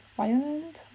violent